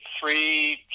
three